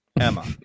Emma